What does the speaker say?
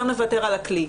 אז בואו נוותר על הכלי.